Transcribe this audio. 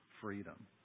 freedom